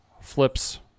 flips